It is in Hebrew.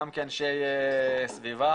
גם כאנשי סביבה,